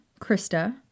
krista